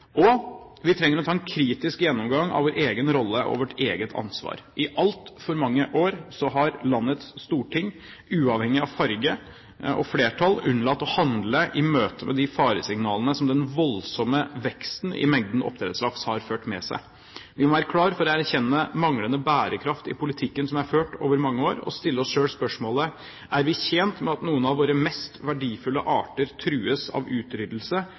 Vi trenger å ta en kritisk gjennomgang av vår egen rolle og vårt eget ansvar. I altfor mange år har landets storting, uavhengig av farge og flertall, unnlatt å handle i møte med de faresignalene som den voldsomme veksten i mengden oppdrettslaks har ført med seg. Vi må være klar for å erkjenne manglende bærekraft i politikken som er ført over mange år, og stille oss selv spørsmålet: Er vi tjent med at noen av våre mest verdifulle arter trues av utryddelse